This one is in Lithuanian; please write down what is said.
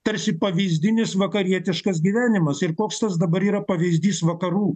tarsi pavyzdinis vakarietiškas gyvenimas ir koks tas dabar yra pavyzdys vakarų